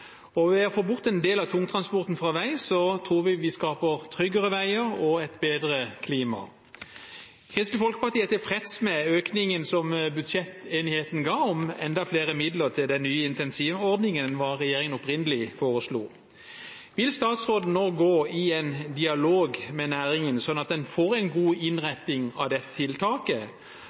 sjø. Ved å få bort en del av tungtransporten fra vei tror vi at vi skaper tryggere veier og et bedre klima. Kristelig Folkeparti er tilfreds med økningen som budsjettenigheten ga, om enda flere midler til den nye incentivordningen enn det regjeringen opprinnelig foreslo. Vil statsråden nå gå i dialog med næringen, slik at en får en god innretting av dette tiltaket,